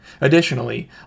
Additionally